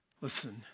Listen